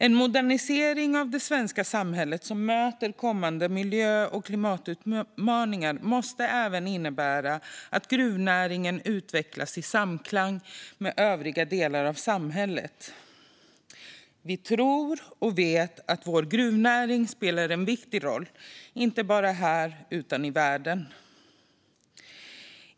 En modernisering av det svenska samhället som möter kommande miljö och klimatutmaningar måste även innebära att gruvnäringen utvecklas i samklang med övriga delar av samhället. Vi vet att vår gruvnäring spelar en viktig roll, inte bara här utan i hela världen.